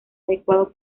adecuado